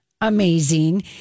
amazing